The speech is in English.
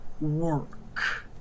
work